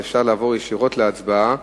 לכן אפשר לעבור ישירות להצבעה.